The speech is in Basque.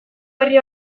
berri